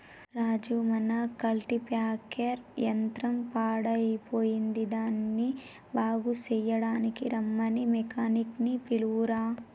రాజు మన కల్టిప్యాకెర్ యంత్రం పాడయ్యిపోయింది దానిని బాగు సెయ్యడానికీ రమ్మని మెకానిక్ నీ పిలువురా